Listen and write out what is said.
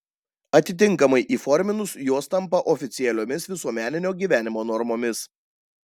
atitinkamai įforminus jos tampa oficialiomis visuomeninio gyvenimo normomis